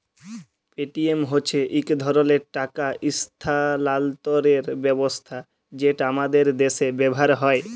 Paytm হছে ইক ধরলের টাকা ইস্থালাল্তরের ব্যবস্থা যেট আমাদের দ্যাশে ব্যাভার হ্যয়